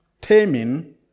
Taming